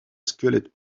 squelette